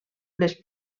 les